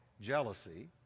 jealousy